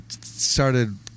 started